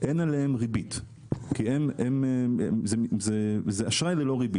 אין עליהם ריבית כי זה אשראי ללא ריבית.